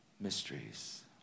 mysteries